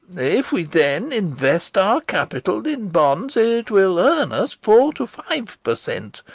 if we then invest our capital in bonds, it will earn us four to five per cent,